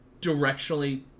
directionally